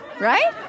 right